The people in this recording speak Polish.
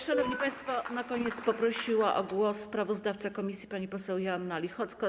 Szanowni państwo, na koniec poprosiłabym o głos sprawozdawcę komisji panią poseł Joannę Lichocką.